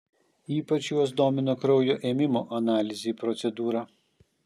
ypač juos domino kraujo ėmimo analizei procedūra